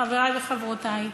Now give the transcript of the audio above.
חברי וחברותי,